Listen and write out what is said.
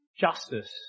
justice